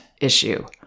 issue